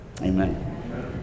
Amen